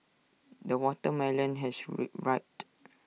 the watermelon has rived